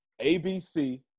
ABC